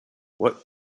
what